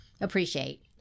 appreciate